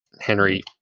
Henry